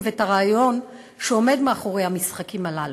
ואת הרעיון שעומד מאחורי המשחקים הללו.